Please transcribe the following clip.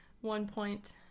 one-point